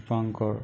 Dipankar